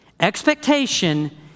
Expectation